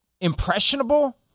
impressionable